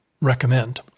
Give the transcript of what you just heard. recommend